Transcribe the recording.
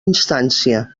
instància